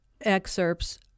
excerpts